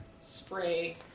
spray